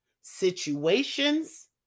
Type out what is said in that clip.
situations